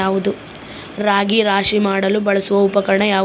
ರಾಗಿ ರಾಶಿ ಮಾಡಲು ಬಳಸುವ ಉಪಕರಣ ಯಾವುದು?